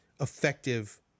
effective